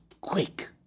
quick